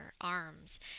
arms